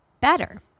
better